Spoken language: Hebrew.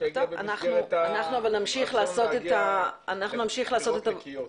במסגרת הרצון להגיע לבחירות נקיות.